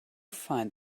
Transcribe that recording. find